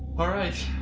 alright!